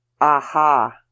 aha